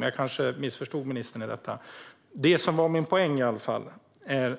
Men jag kanske missförstod ministern. Min poäng är att jag undrar